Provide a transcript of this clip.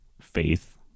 faith